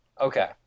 okay